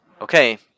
okay